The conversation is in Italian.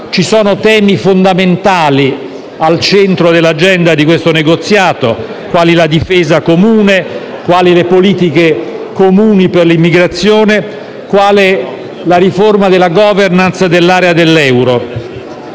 Ci sono temi fondamentali al centro dell'agenda di questo negoziato, quali la difesa comune, le politiche comuni per l'immigrazione e la riforma della *governance* dell'area dell'euro*.*